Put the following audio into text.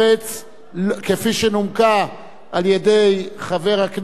כפי שנומקה על-ידי חבר הכנסת ניצן הורוביץ,